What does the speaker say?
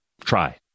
Try